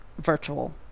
virtual